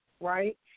right